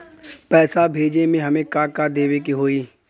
पैसा भेजे में हमे का का देवे के होई?